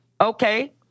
Okay